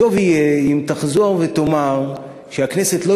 טוב יהיה אם תחזור ותאמר שהכנסת לא